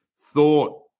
thought